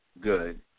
good